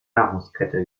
nahrungskette